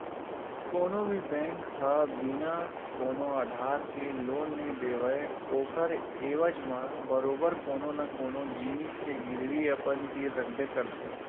कोनो भी बेंक ह बिना कोनो आधार के लोन नइ देवय ओखर एवज म बरोबर कोनो न कोनो जिनिस के गिरवी अपन तीर रखबे करथे